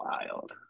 wild